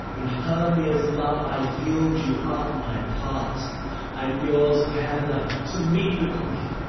in hermia's love i yield you up my part and yours of helena to me bequeath,